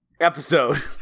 episode